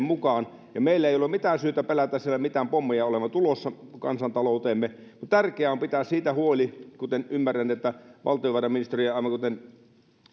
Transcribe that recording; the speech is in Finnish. mukaan ja meillä ei ole mitään syytä pelätä sieltä mitään pommeja olevan tulossa kansantalouteemme mutta tärkeää on pitää siitä huoli kuten ymmärrän että valtiovarainministeriö aivan kuten